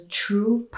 true